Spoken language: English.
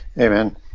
Amen